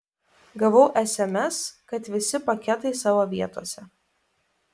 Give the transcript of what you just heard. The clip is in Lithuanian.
gavau sms kad visi paketai savo vietose